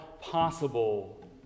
possible